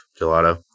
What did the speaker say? gelato